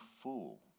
fool